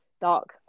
dark